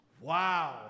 Wow